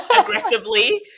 aggressively